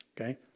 okay